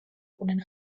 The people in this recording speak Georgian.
იყვნენ